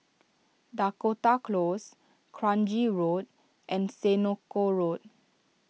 Dakota Close Kranji Road and Senoko Road